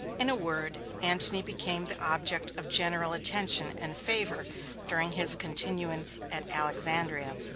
in a word, antony became the object of general attention and favor during his continuance at alexandria.